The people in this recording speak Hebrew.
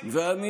ואני